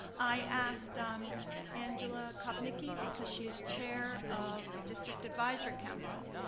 i asked um angela kopnicky because she's chair of the district advisory council.